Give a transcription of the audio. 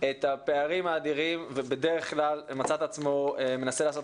את הפערים האדירים ובדרך כלל מצא את עצמו מנסה לעשות